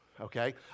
okay